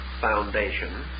foundation